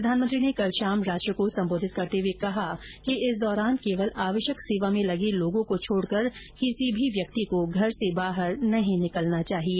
प्रधानमंत्री ने कल शाम राष्ट्र को संबोधित करते हुए कहा कि इस दौरान केवल आवश्यक सेवा में लगे लोगों को छोड़कर किसी भी व्यक्ति को घर से बाहर नहीं निकलना चाहिए